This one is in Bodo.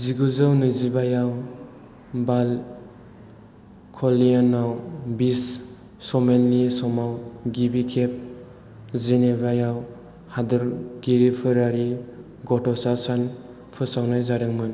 जिगुजौ नैजिबायाव बाल कल्याणआव विश्व सम्मेननि समाव गिबि खेब जेनेभायाव हादोरगिरिफोरारि गथ'सा सान फोसावनाय जादोंमोन